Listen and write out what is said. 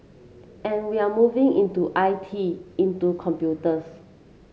and we're moving into I T into computers